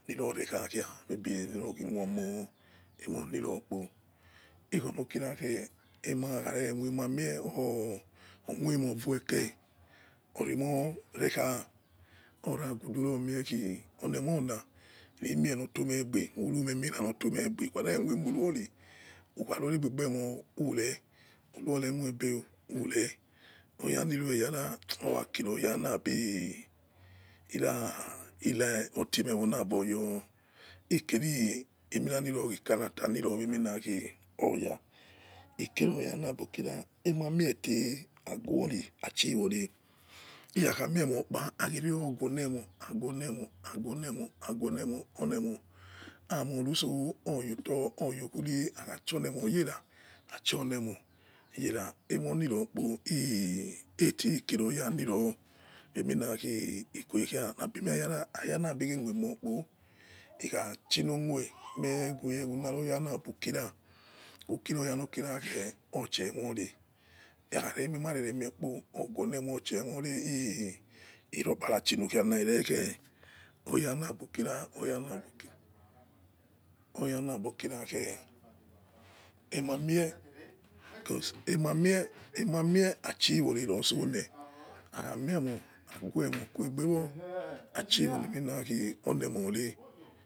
Olire rekha ikho ro kira khe oquemo roeke oremo rekha khadu yori mie kholemola urume ukha rure aigbe moi ure uru emoigbe ure oya liyo eyara irebi character liyo emiena khi oya ikere oya labo lokira aima me tey aigueri achi wo re ikhi akha mie mo okpa aighero ghuolemon aigue lemon elomon omoruso oyoto oyokhiu acho lemon yara acho lemon aimolero kpo ikhi kere oyaliro ikuweya labe yara abi mio kpo ikha chilo khu ire oyalabu kira kiri oya lokira eh ochin mone khari emin are imiekpo oghuolemon ochi olemone iro kpara chilo kha na ire oyalusu kira oya labi kira khe emoi mie enianrie emamie achu wore losole akhamie aighue lemon achi wore